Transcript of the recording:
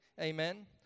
Amen